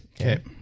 Okay